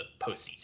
postseason